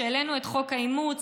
כשהעלינו את חוק האימוץ,